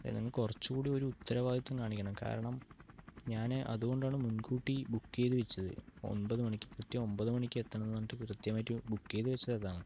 നിങ്ങള് കുറച്ചുകൂടി ഒരുത്തരവാദിത്തം കാണിക്കണം കാരണം ഞാൻ അതുകൊണ്ടാണ് മുൻകൂട്ടി ബുക്ക് ചെയ്തു വെച്ചത് ഒമ്പതു മണിക്ക് കൃത്യം ഒമ്പതു മണിക്ക് എത്തണം പറഞ്ഞിട്ട് കൃത്യമായിട്ട് ബുക്ക് ചെയ്ത് വെച്ചതതാണ്